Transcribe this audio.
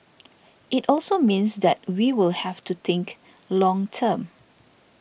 it also means that we will have to think long term